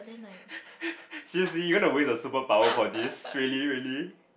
seriously you're gonna waste a superpower for this really really